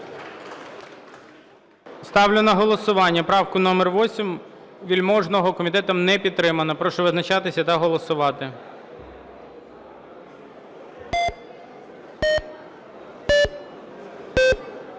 Ставлю на голосування правку номер 8, Вельможного. Комітетом не підтримана. Прошу визначатись та голосувати. 11:14:09